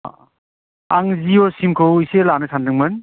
अ आं जिअ' सिमखौ इसे लानो सानदोंमोन